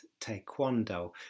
taekwondo